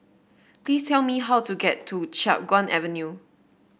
please tell me how to get to Chiap Guan Avenue